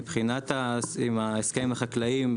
מבחינת ההסכם עם החקלאים,